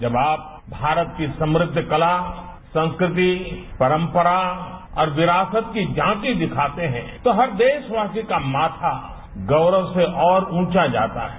जब आप भारत की समृद्व कला संस्कृति परम्परा और विरासत की झांकी दिखाते हैं तो हर देशवासी का माथा गौरव से और ऊंचा हो जाता है